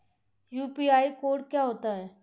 UPI code क्या होता है?